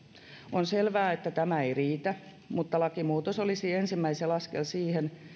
on selvää että tämä ei riitä mutta lakimuutos olisi ensimmäinen askel siihen